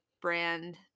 brand –